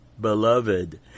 beloved